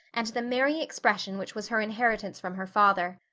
and the merry expression which was her inheritance from her father.